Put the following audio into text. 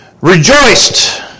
rejoiced